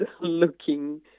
looking